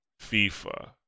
FIFA